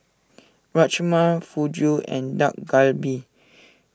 Rajma Fugu and Dak Galbi